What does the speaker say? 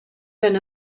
ben